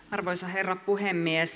arvoisa herra puhemies